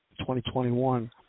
2021